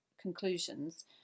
conclusions